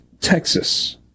Texas